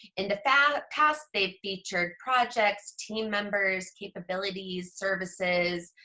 in the past past they featured projects, team members, capabilities, services,